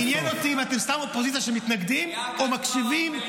עניין אותי אם אתם סתם אופוזיציה שמתנגדת או מקשיבה,